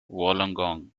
wollongong